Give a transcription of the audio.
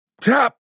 tap